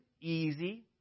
easy